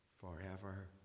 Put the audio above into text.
forever